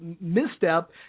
misstep